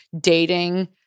dating